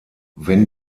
wenn